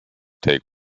take